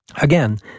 Again